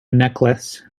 necklace